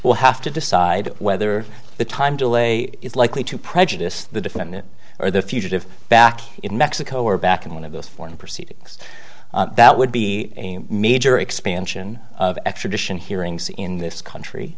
will have to decide whether the time delay is likely to prejudice the defendant or the fugitive back in mexico or back in one of those foreign proceedings that would be a major expansion of extradition hearings in this country